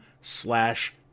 slash